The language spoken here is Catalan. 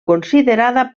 considerada